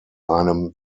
einem